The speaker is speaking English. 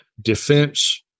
Defense